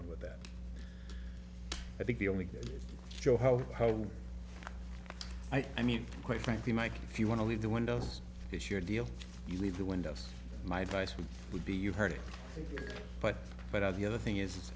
them with that i think the only show how i mean quite frankly mike if you want to leave the windows it's your deal you leave the windows my advice which would be you've heard it but but on the other thing is